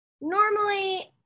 normally